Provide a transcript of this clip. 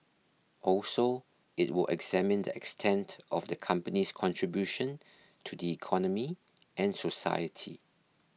also it will examine the extent of the company's contribution to the economy and society